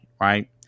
right